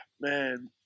Man